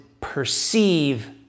perceive